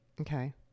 okay